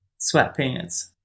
sweatpants